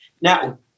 Now